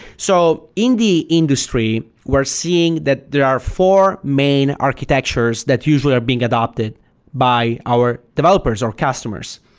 so in the industry, we're seeing that there are four main architectures that usually are being adapted by our developers or customers.